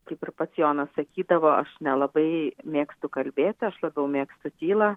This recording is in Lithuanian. kaip ir pats jonas sakydavo aš nelabai mėgstu kalbėti aš labiau mėgstu tylą